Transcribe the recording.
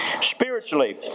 spiritually